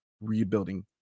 rebuilding